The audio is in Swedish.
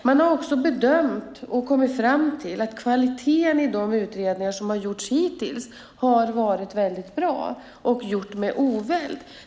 Man har också bedömt och kommit fram till att kvaliteten i de utredningar som hittills har gjorts har varit väldigt bra, och de har gjorts med oväld.